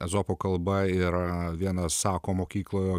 ezopo kalba yra vienas sako mokykloje o